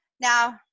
Now